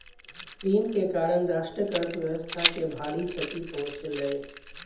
ऋण के कारण राष्ट्रक अर्थव्यवस्था के भारी क्षति पहुँचलै